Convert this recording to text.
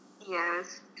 Yes